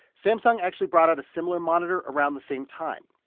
samsung actually brought out a similar monitor around the same time.